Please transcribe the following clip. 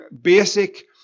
basic